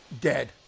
Dead